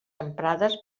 emprades